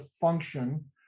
function